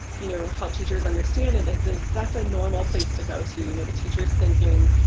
you know how teachers understand it is is that's a normal place to go to. you know the teachers thinking,